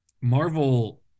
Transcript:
Marvel